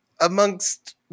amongst